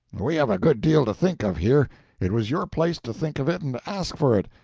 we have a good deal to think of here it was your place to think of it and ask for it.